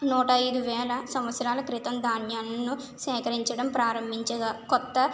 నూట ఐదు వేల సంవత్సరాల క్రితం ధాన్యాలను సేకరించడం ప్రారంభించగా క్రొత్త